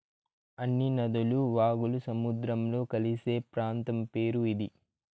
అన్ని నదులు వాగులు సముద్రంలో కలిసే ప్రాంతం పేరు ఇది